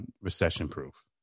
recession-proof